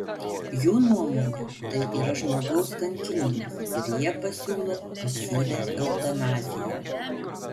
jų nuomone tai yra žmogaus kankinimas ir jie pasiūlo pasyvią eutanaziją